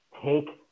take